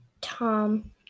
Tom